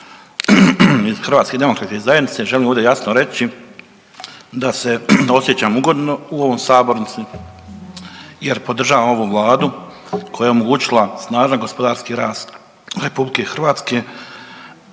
koji dolazim iz HDZ-a želim ovdje jasno reći da se osjećam ugodno u ovoj sabornici jer podržavam ovu vladu koja je omogućila snažan gospodarski rast RH kao